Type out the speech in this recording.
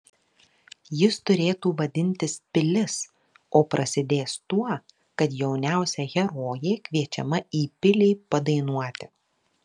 jis turėtų vadintis pilis o prasidės tuo kad jauniausia herojė kviečiama į pilį padainuoti